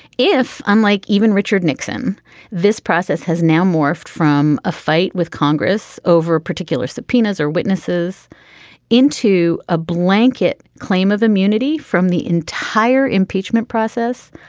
if unlike even richard nixon this process has now morphed from a fight with congress over particular subpoenas or witnesses into a blanket claim of immunity from the entire impeachment process.